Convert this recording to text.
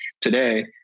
today